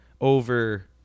over